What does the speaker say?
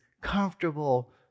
comfortable